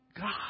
God